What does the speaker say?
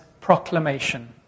proclamation